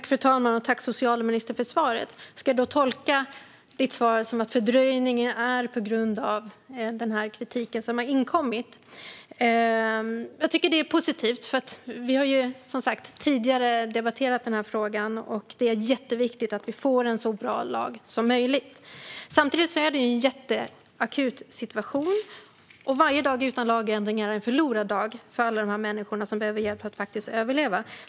Fru talman! Tack, socialministern, för svaret! Ska jag tolka ministerns svar att fördröjningen är på grund av den kritik som har inkommit? Jag tycker att det är positivt. Vi har tidigare debatterat frågan, och det är mycket viktigt att det blir en så bra lag som möjligt. Samtidigt råder en mycket akut situation. Varje dag utan lagändringar är en förlorad dag för alla dessa människor som behöver hjälp för att överleva.